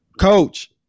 coach